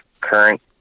current